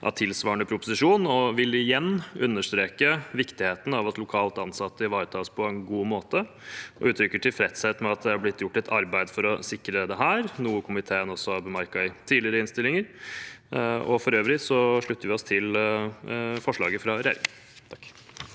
av tilsvarende proposisjon. Komiteen vil igjen understreke viktigheten av at lokalt ansatte ivaretas på en god måte, og uttrykker tilfredshet med at det er blitt gjort et arbeid for å sikre dette, noe komiteen også har bemerket i tidligere innstillinger. For øvrig slutter vi oss til forslaget fra regjeringen.